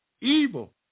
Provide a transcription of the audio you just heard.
evil